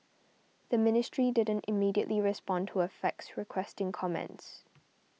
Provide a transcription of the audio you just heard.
the ministry didn't immediately respond to a fax requesting comments